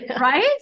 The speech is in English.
Right